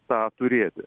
tą turėti